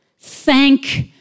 Thank